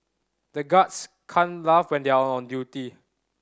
the guards can laugh when they are on duty